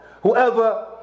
Whoever